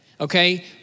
okay